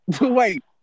Wait